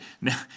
now